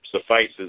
suffices